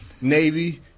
Navy